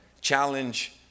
challenge